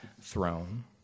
throne